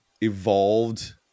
evolved